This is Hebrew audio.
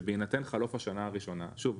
שבהינתן חלוף השנה הראשונה שוב,